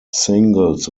singles